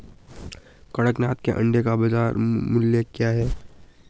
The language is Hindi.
कड़कनाथ के अंडे का बाज़ार मूल्य क्या है?